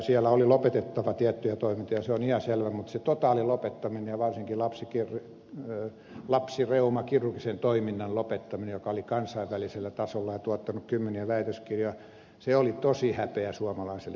siellä oli lopetettava tiettyjä toimintoja se on ihan selvä mutta se totaali lopettaminen ja varsinkin lapsireumakirurgisen toiminnan lopettaminen joka oli kansainvälisellä tasolla ja tuottanut kymmeniä väitöskirjoja oli tosi häpeä suomalaiselle systeemille